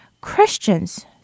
Christians